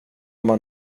man